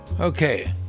Okay